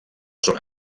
zona